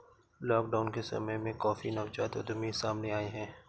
lockdown के समय में काफी नवजात उद्यमी सामने आए हैं